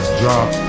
drop